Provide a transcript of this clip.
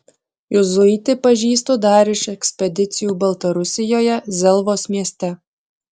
juzuitį pažįstu dar iš ekspedicijų baltarusijoje zelvos mieste